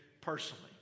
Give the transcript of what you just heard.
personally